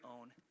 own